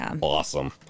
awesome